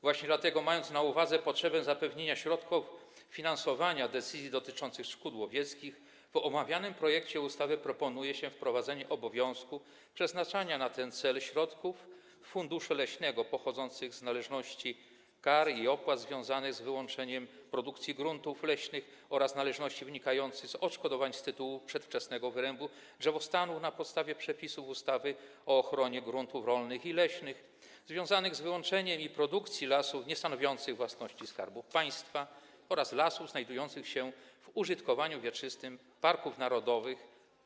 Właśnie dlatego, mając na uwadze potrzebę zapewnienia środków na finansowanie decyzji dotyczących szkód łowieckich, w omawianym projekcie ustawy proponuje się wprowadzenie obowiązku przeznaczania na ten cel środków funduszu leśnego pochodzących z należności, kar i opłat związanych z wyłączeniem z produkcji gruntów leśnych oraz należności wynikających z odszkodowań z tytułu przedwczesnego wyrębu drzewostanu na podstawie przepisów ustawy o ochronie gruntów rolnych i leśnych, związanych z wyłączeniem z produkcji lasów niestanowiących własności Skarbu Państwa oraz lasów znajdujących się w użytkowaniu wieczystym parków narodowych.